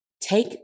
Take